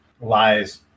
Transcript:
lies